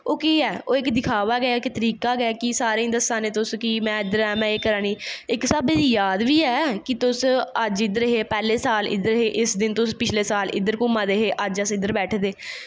ओह् केह् ऐ ओह् इक दिखावा ऐ इक तरीका गै कि सारें गी दस्सा ने तुस कि में इद्द ऐं में एह् करा नी इक हिसाबे दी याद बी ऐ कि तुस इध्दर हे पैह्ले साल इद्दर इस साल इध्दर हे घूमा दे हे अज्ज अस इध्दर बैठे दे